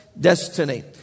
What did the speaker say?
destiny